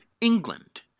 England